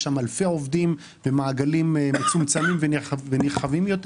יש שם אלפי עובדים במעגלים מצומצמים ונרחבים יותר